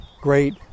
great